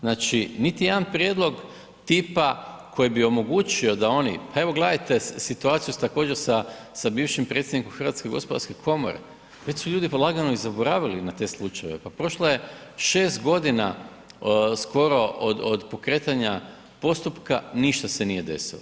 Znači, niti jedan prijedlog tipa koji bi omogućio da oni, pa evo gledajte situaciju također sa bivšim predsjednikom HGK, već su ljudi polagano i zaboravili na te slučajeve, pa prošlo je 6 g. skoro od pokretanja postupka, ništa se nije desilo.